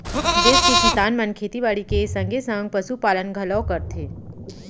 देस के किसान मन खेती बाड़ी के संगे संग पसु पालन घलौ करथे